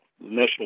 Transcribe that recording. national